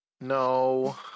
No